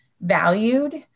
valued